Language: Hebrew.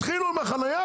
התחילו עם החנייה,